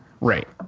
Right